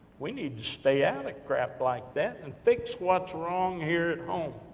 we need to stay out of crap like that, and fix what's wrong here at home.